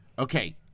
Okay